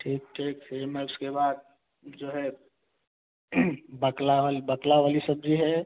ठीक ठीक सेम है उसके बाद जो है बकलावा बकला वाली सब्ज़ी है